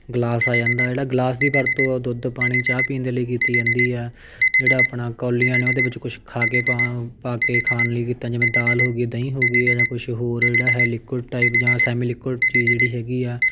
glass ਆ ਜਾਂਦਾ ਜਿਹੜਾ ਗਲਾਸ ਦੀ ਵਰਤੋਂ ਆ ਉਹ ਦੁੱਧ ਪਾਣੀ ਚਾਹ ਪੀਣ ਦੇ ਲਈ ਕੀਤੀ ਜਾਂਦੀ ਆ ਜਿਹੜਾ ਆਪਣਾ ਕੌਲੀਆਂ ਨੇ ਉਹਦੇ ਵਿੱਚ ਕੁਛ ਖਾ ਕੇ ਪਾ ਪਾ ਕੇ ਖਾਣ ਲਈ ਕੀਤਾ ਜਿਵੇਂ ਦਾਲ ਹੋ ਗਈ ਦਹੀਂ ਹੋ ਗਈ ਜਾਂ ਕੁਛ ਹੋਰ ਜਿਹੜਾ ਹੈ ਲਿਕੁਅਡ ਟਾਈਪ ਜਾਂ ਸੈਮੀ ਲਿਕੁਅਡ ਚੀਜ਼ ਜਿਹੜੀ ਹੈਗੀ ਆ